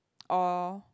or